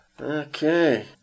okay